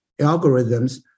algorithms